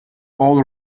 all